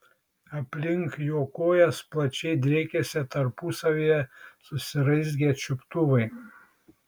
aplink jo kojas plačiai driekėsi tarpusavyje susiraizgę čiuptuvai